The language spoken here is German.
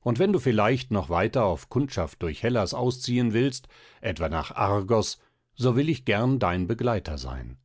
und wenn du vielleicht noch weiter auf kundschaft durch hellas ausziehen willst etwa nach argos so will ich gern dein begleiter sein